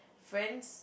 friends